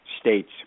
states